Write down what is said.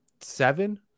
seven